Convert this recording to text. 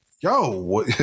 yo